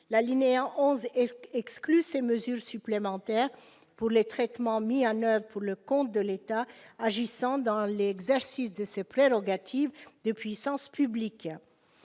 L'alinéa 11 exclut ces mesures supplémentaires pour les traitements mis en oeuvre pour le compte de l'État agissant dans l'exercice de ses prérogatives de puissance publique.